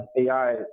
AI